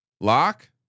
lock